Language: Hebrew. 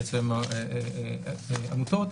בעצם עמותה,